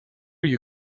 you